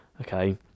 okay